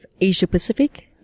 Asia-Pacific